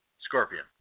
scorpion